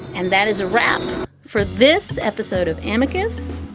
and that is a wrap for this episode of amicus,